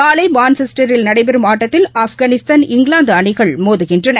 நாளை மான்செஸ்ட்டரில் நடைபெறும் ஆட்டத்தில் ஆப்கானிஸ்தான் இங்கிலாந்து அணிகள் மோகுகின்றன